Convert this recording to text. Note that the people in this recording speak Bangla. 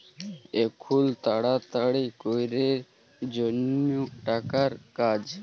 এখুল তাড়াতাড়ি ক্যরের জনহ টাকার কাজ